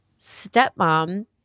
stepmom